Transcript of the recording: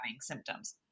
symptoms